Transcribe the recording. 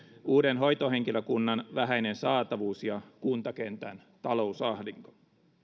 uuden hoitohenkilökunnan vähäinen saatavuus ja kuntakentän talousahdinko